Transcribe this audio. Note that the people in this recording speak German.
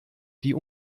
die